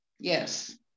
Yes